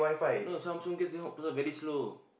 no Samsung guest that one very slow